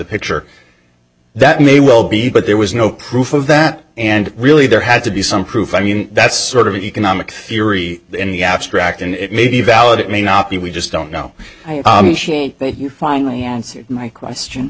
picture that may well be but there was no proof of that and really there had to be some proof i mean that's sort of an economic theory in the abstract and it may be valid it may not be we just don't know that you finally answered my question